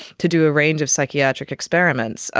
to do a range of psychiatric experiments. ah